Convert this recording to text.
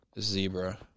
Zebra